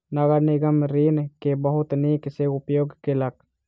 नगर निगम ऋण के बहुत नीक सॅ उपयोग केलक